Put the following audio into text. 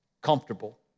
comfortable